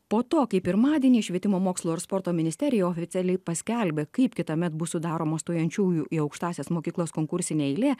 po to kai pirmadienį švietimo mokslo ir sporto ministerija oficialiai paskelbė kaip kitąmet bus sudaromos stojančiųjų į aukštąsias mokyklas konkursinė eilė